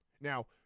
Now